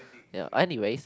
ya anyways